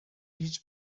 هیچ